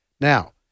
Now